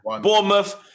Bournemouth